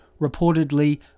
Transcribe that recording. reportedly